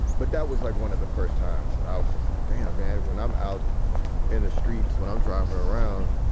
but that was like one of the first times i was just like, damn, man, when i'm out in the streets, when i'm driving around,